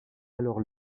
alors